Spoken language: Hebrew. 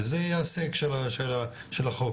בזה יעשה הקשר של החוק,